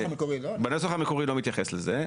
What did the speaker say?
הנוסח המקורי לא מתייחס לזה.